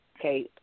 Okay